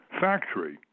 factory